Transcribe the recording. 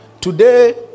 Today